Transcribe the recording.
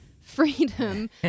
freedom